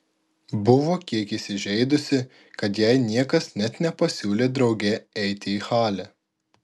buvo kiek įsižeidusi kad jai niekas net nepasiūlė drauge eiti į halę